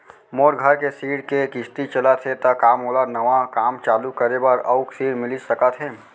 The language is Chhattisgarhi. मोर घर के ऋण के किसती चलत हे ता का मोला नवा काम चालू करे बर अऊ ऋण मिलिस सकत हे?